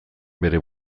bere